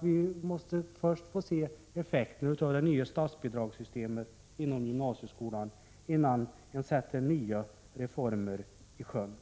Vi borde först få se effekterna av det nya systemet inom gymnasieskolan innan nya reformer sätts i sjön.